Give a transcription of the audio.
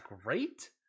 great